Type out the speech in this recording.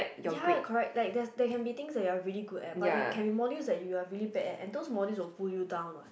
ya correct like there there can be things like you are really good at but there can be modules you are really bad at and those modules will pull you down what